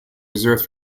reserved